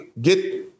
get